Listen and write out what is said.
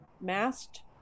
masked